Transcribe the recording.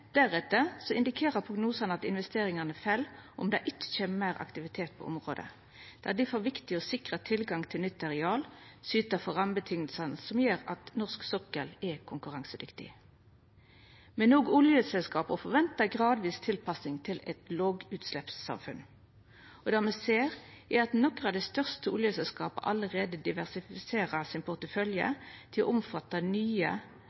deretter indikerer prognosane at investeringane fell om det ikkje kjem meir aktivitet på området. Det er difor viktig å sikra tilgang til nytt areal og syta for rammevilkår som gjer at norsk sokkel er konkurransedyktig. Men òg oljeselskapa forventar ei gradvis tilpassing til eit lågutsleppssamfunn, og det me ser, er at nokre av dei største oljeselskapa allereie diversifiserer porteføljen sin